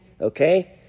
okay